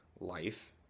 life